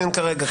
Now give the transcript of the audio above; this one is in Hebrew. כרגע.